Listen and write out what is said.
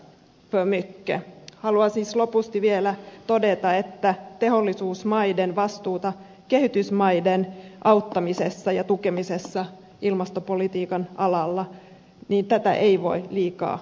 haluan siis lopuksi vielä todeta että teollisuusmaiden vastuuta kehitysmaiden auttamisessa ja tukemisessa ilmastopolitiikan alalla ei voi liikaa korostaa